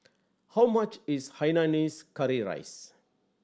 how much is hainanese curry rice